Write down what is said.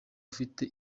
ufite